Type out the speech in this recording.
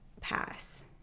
pass